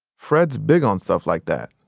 fred's big on stuff like that.